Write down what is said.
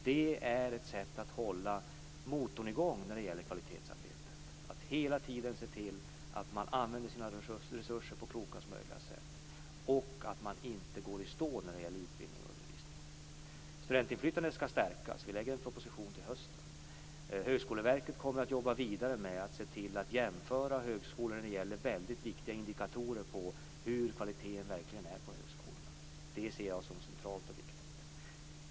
Det är ett sätt att hålla motorn i gång när det gäller kvalitetsarbetet - att hela tiden se till att man använder sina resurser på klokast möjliga sätt och att man inte går i stå när det gäller utbildning och undervisning. Studentinflytandet skall stärkas. Vi lägger fram en proposition till hösten. Högskoleverket kommer att jobba vidare med att se till att man jämför högskolor när det gäller väldigt viktiga indikatorer på hur kvaliteten verkligen är på högskolorna. Det ser jag som centralt och viktigt.